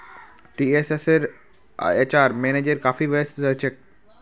टीसीएसेर HR manager काफी व्यस्त रह छेक